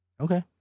Okay